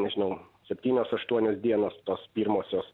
nežinau septynios aštuonios dienos tos pirmosios